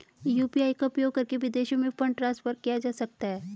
UPI का उपयोग करके विदेशों में फंड ट्रांसफर किया जा सकता है?